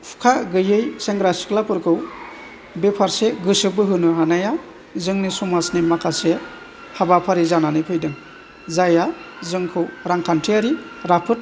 हुखा गैयै सेंग्रा सिख्लाफोरखौ बे फारसे गोसो बोहोनो हानाया जोंनि समाजनि माखासे हाबाफारि जानानै फैदों जाया जोंखौ रांखान्थियारि राफोद